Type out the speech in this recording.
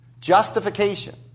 justification